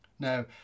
Now